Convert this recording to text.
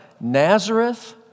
Nazareth